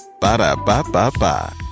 Ba-da-ba-ba-ba